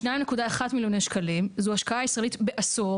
2.1 מיליוני שקלים זו ההשקעה הישראלית בעשור